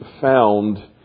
found